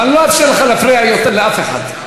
אבל אני לא אאפשר לך להפריע יותר לאף אחד.